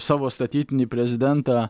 savo statytinį prezidentą